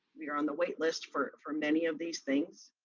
we are on the waitlist for for many of these things.